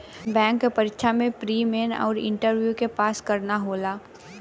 bank क परीक्षा में प्री, मेन आउर इंटरव्यू के पास करना होला